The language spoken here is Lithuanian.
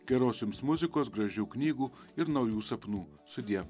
geros jums muzikos gražių knygų ir naujų sapnų sudie